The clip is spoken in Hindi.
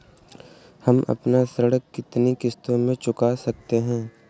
हम अपना ऋण कितनी किश्तों में चुका सकते हैं?